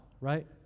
right